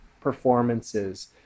performances